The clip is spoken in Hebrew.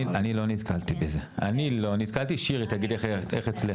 אני לא נתקלתי בזה, שירי תגידי איך אצלך.